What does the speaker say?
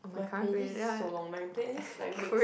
my playlist so long my playlist like mix